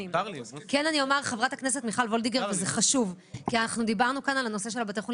אחד איך להיכנס ואנשים מתמודדים איתם לפעמים במצבים